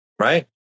right